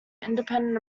independent